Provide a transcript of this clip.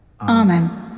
Amen